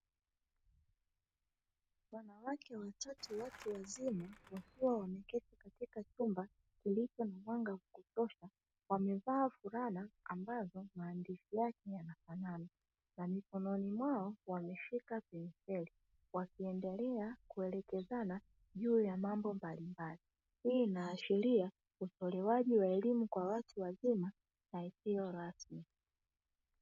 Wanawake watatu watu wazima wakiwa wameketi katika chumba kilicho na mwanga wa kutosha, wamevaa fulana ambazo maandishi yake yanafanana na mikono mwao wameshika penseli, wakiendelea kuelekezana juu ya mambo mbalimbali hii inaashiria utolewaji wa elimu kwa watu wazima na isiyo rasmi.